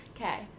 Okay